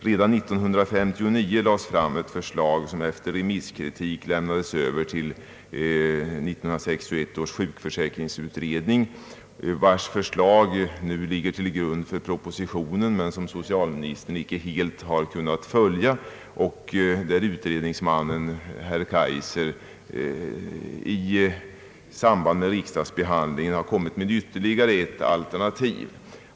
Redan 1959 framlades ett förslag som efter remisskritik lämnades över till 1961 års sjukförsäkringsutredning, vars förslag ligger till grund för propositionen. :Socialministern — har emellertid inte helt kunnat följa detta förslag, och utredningsmannen herr Kaijser har i samband med riksdagsbehandlingen kommit med ytterligare ett alternativ.